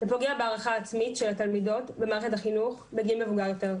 ופוגע בהערכה העצמית של התלמידות במערכת החינוך בגיל מבוגר יותר.